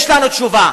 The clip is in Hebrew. יש לנו תשובה.